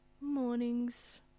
Mornings